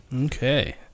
Okay